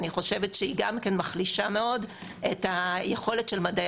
אני חושבת שהיא גם כן מחלישה מאוד את היכולת של מדעי